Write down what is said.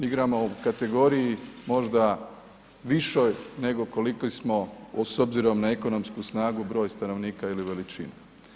Igramo u kategoriji možda višoj nego koliki smo s obzirom na ekonomsku snagu, broj stanovnika ili veličinu.